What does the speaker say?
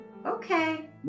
Okay